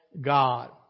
God